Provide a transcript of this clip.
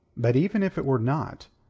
but even if it were not,